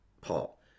Paul